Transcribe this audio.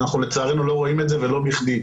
אנחנו לצערנו לא רואים את זה, ולא בכדי.